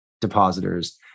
depositors